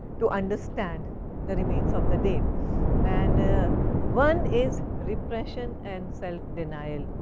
to understand the remains of the day and one is repression and self-denial.